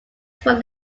from